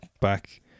back